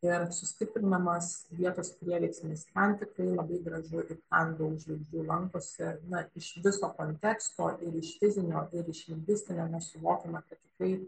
ir sustiprinamas vietos prieveiksmis ten tikrai labai gražu ir ten daug žvaigždžių lankosi na iš viso konteksto ir iš fizinio ir iš iš lingvistinio mes suvokiame kad tikrai